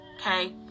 okay